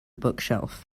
bookshelf